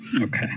Okay